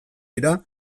dira